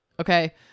okay